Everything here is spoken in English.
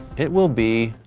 it will be